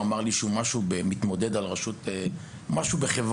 הוא אמר לי שהוא מתמודד על משהו בחברון,